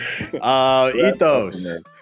ethos